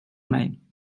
mig